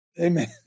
Amen